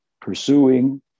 pursuing